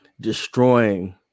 destroying